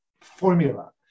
formula